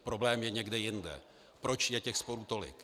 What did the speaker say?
Problém je někde jinde proč je těch sporů tolik.